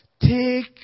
Take